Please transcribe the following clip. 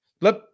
Let